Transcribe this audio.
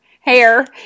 hair